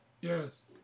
Yes